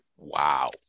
Wow